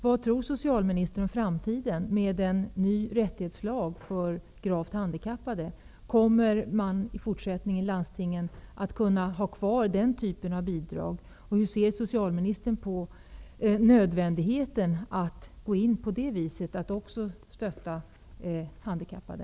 Vad tror socialministern om framtiden med en ny rättighetslag för gravt handikappade? Kommer landstingen i fortsättningen att kunna lämna den typen av bidrag? Hur ser socialministern på nödvändigheten av att på det viset kunna stödja handikappade?